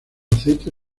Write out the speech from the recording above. aceite